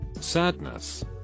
sadness